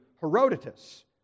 Herodotus